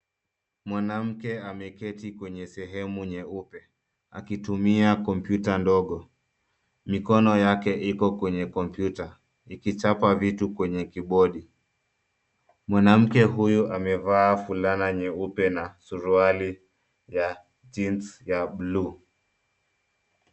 Mwanamke ameketi kwenye sehemu nyeupe akitumia kompyuta ndogo. Mikono yake iko kwenye kompyuta ikichapa kitu kwenye kibodi. Mwanamke huyu amevaa fulani nyeupe na suruali ya jeans ya bluu.